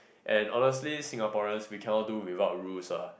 and honestly Singaporeans we cannot do without rules lah